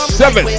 seven